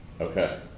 Okay